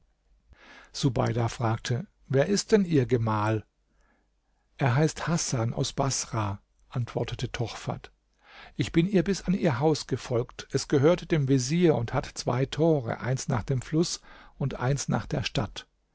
subeida fragte wer ist denn ihr gemahl er heißt hasan aus baßrah antwortete tochfat ich bin ihr bis an ihr haus gefolgt es gehörte dem vezier und hat zwei tore eins nach dem fluß und eins nach der stadt